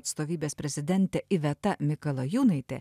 atstovybės prezidentė iveta mikalajūnaitė